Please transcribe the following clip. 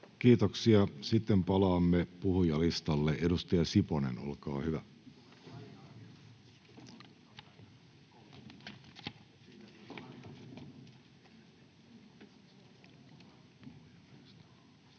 Kiitoksia. — Sitten palaamme puhujalistalle. Edustaja Siponen, olkaa hyvä. [Speech